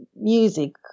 music